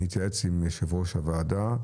אני אתייעץ עם יושב-ראש הוועדה,